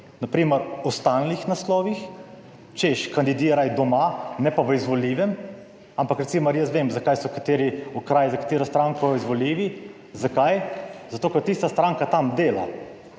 na primer o stalnih naslovih, češ kandidiraj doma, ne pa v izvoljivem, ampak recimo, jaz vem, zakaj so kateri okraji za katero stranko izvoljivi. Zakaj? Zato, ker tista stranka tam dela,